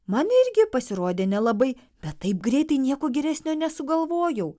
man irgi pasirodė nelabai bet taip greitai nieko geresnio nesugalvojau